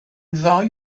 ddau